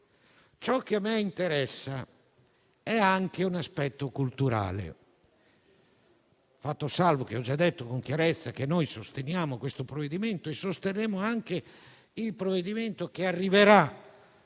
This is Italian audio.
Ciò che a me interessa è anche l'aspetto culturale, fatto salvo che ho già detto con chiarezza che noi sosteniamo questo provvedimento e che sosterremo anche quello che arriverà